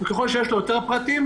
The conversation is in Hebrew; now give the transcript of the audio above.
וככל שיש לי יותר פרטים,